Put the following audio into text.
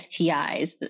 STIs